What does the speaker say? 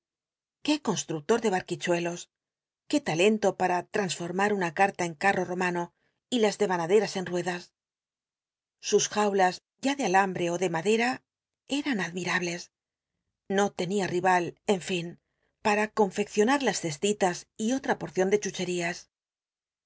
qué constucto de barquichuelos i qué talento para trasformar una carta en carro romano y las dcyanaderas en ruedas sus jaulas ya de alambre ó de madera eran admirables i'io tenia rival en fin pam confecciona las cestitas y otra porcion de chucherías